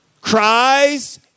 cries